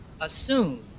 assume